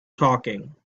talking